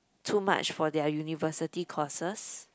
too much for their university courses